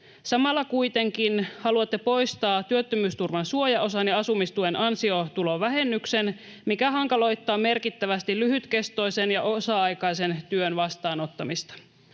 Samalla kuitenkin haluatte poistaa työttömyysturvan suojaosan ja asumistuen ansiotulovähennyksen, mikä hankaloittaa merkittävästi lyhytkestoisen ja osa-aikaisen työn vastaanottamista.